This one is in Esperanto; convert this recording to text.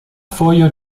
fojo